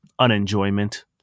unenjoyment